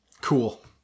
Cool